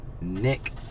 Nick